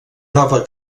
nova